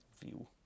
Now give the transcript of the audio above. view